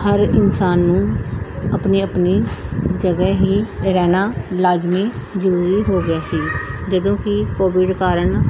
ਹਰ ਇਨਸਾਨ ਨੂੰ ਆਪਣੀ ਆਪਣੀ ਜਗ੍ਹਾ ਹੀ ਰਹਿਣਾ ਲਾਜ਼ਮੀ ਜ਼ਰੂਰੀ ਹੋ ਗਿਆ ਸੀ ਜਦੋਂ ਕਿ ਕੋਵਿਡ ਕਾਰਨ